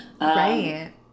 right